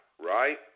Right